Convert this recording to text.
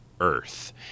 Earth